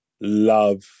love